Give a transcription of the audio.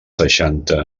seixanta